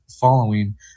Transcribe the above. following